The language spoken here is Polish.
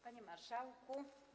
Panie Marszałku!